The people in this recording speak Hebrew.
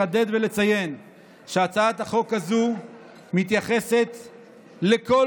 לחדד ולציין שהצעת החוק הזאת מתייחסת לכל